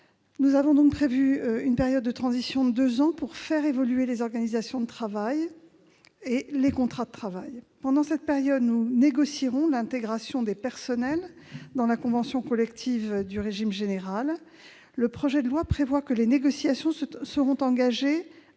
Nous avons donc prévu une période de transition de deux ans pour faire évoluer les organisations de travail et les contrats de travail. Pendant cette période, nous négocierons l'intégration des personnels dans la convention collective du régime général. Le projet de loi prévoit que les négociations seront engagées